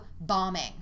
bombing